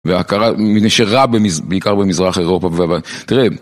והעקרה נשארה בעיקר במזרח אירופה, תראה